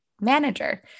manager